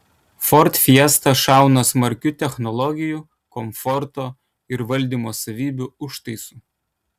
ford fiesta šauna smarkiu technologijų komforto ir valdymo savybių užtaisu